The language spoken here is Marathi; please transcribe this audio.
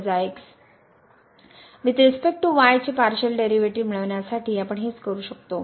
वूईथ रिस्पेक्ट टू y चे पार्शिअल डेरीवेटीव मिळवण्यासाठी आपण हेच करू शकतो